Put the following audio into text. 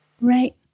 Right